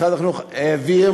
משרד החינוך העביר,